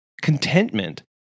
Contentment